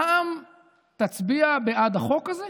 רע"מ תצביע בעד החוק הזה?